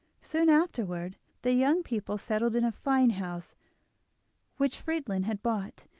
soon afterwards the young people settled in a fine house which friedlin had bought,